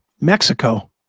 Mexico